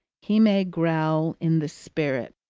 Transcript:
he may growl in the spirit,